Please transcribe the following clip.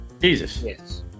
Jesus